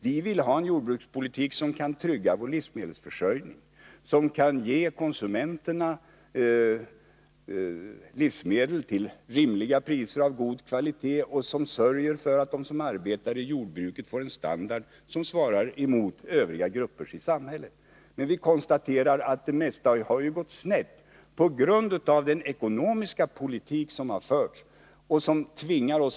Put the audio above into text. Vi vill ha en jordbrukspolitik som kan trygga vår livsmedelsförsörjning och ge konsumenterna livsmedel till rimliga priser och av god kvalitet och som sörjer för att de som arbetar inom jordbruket får en standard som motsvarar den som övriga grupper i samhället har. Vi konstaterar emellertid att det mesta har gått snett på grund av den ekonomiska politik som har förts.